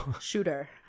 shooter